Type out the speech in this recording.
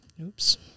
oops